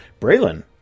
Braylon